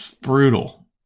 Brutal